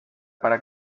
para